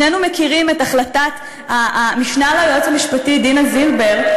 שנינו מכירים את החלטת המשנה ליועץ המשפטי דינה זילבר,